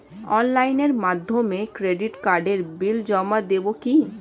অনলাইনের মাধ্যমে ক্রেডিট কার্ডের বিল জমা দেবো কি?